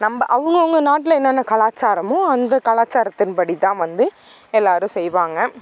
நம்ப அவங்கவங்க நாட்டில் என்னென்ன கலாச்சாரமோ அந்த கலாச்சாரத்தின்படி தான் வந்து எல்லாரும் செய்வாங்க